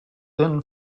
thin